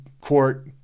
court